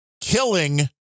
killing